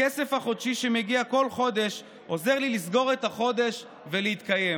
הכסף שמגיע כל חודש עוזר לי לסגור את החודש ולהתקיים,